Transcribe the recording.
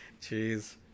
Jeez